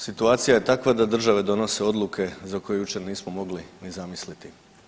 Situacija je takva da države donose odluke za koje jučer nismo mogli ni zamisliti.